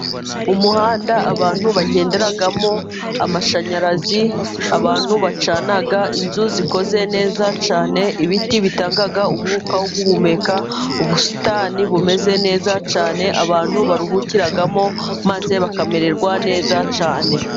Umuhanda abantu bagenderamo, amashanyarazi abantu bacana, inzu zikoze neza cyane, ibiti bitanga umwuka wo guhumeka, ubusitani bumeze neza cyane Abantu baruhukiramo maze bakamererwa neza cyane.